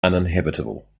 uninhabitable